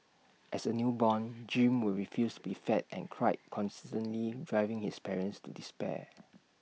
as A newborn Jim would refuse be fed and cried constantly driving his parents to despair